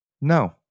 no